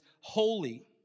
holy